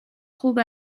خوب